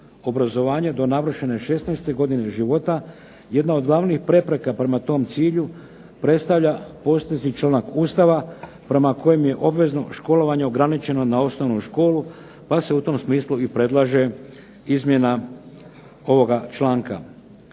obrazovanja do navršene 16. godine života. Jedna od glavnih prepreka prema tom cilju predstavlja postojeći članak Ustava prema kojem je obvezno školovanje ograničeno na osnovnu školu pa se u tom smislu i predlaže izmjena ovoga članka.